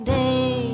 day